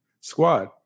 squad